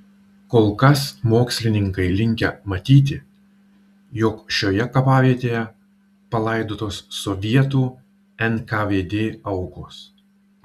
kol kas mokslininkai linkę matyti jog šioje kapavietėje palaidotos sovietų nkvd aukos